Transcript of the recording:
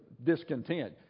Discontent